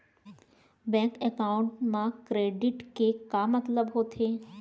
Bank account मा credit के का मतलब होथे?